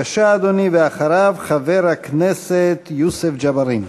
בבקשה, אדוני, ואחריו, חבר הכנסת יוסף ג'בארין.